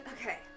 okay